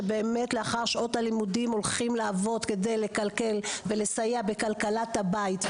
שבאמת הולכים לעבוד לאחר שעות הלימודים כדי לסייע בכלכלת הבית.